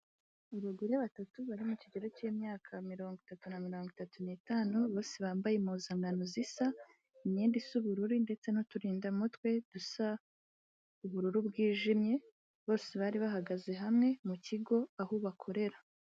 Abagore batatu bari mu kigero cy'imyaka mirongo itatu na mirongo itatu n'itanu bose bambaye impuzanano zisa, imyenda isa ubururu ndetse n'uturindamutwe dusa ubururu bwijimye bose bari bahagaze hamwe mu kigo aho bakorera.